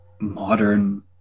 modern